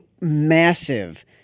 massive